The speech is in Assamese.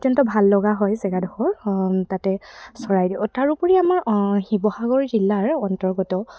অত্যন্ত ভাল লগা হয় জেগাডখৰ তাতে চৰাইদেউ তাৰোপৰি আমাৰ শিৱসাগৰ জিলাৰ অন্তৰ্গত